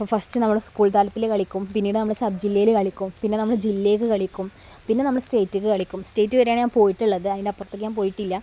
first നമ്മൾ school തലത്തിൽ കളിക്കും പിന്നീട് നമ്മൾ സബ് ജില്ലയിൽ കളിക്കും പിന്നെ നമ്മൾ ജില്ലയിൽ കളിക്കും പിന്നെ നമ്മൾ സ്റ്റേറ്റിക്ക് കളിക്കും സ്റ്റേറ്റ് വരെയാണ് ഞാൻ പോയിട്ടുള്ളത് അതിൻറ്റപ്പുറത്തേക്ക് ഞാൻ പോയിട്ടില്ല